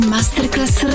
Masterclass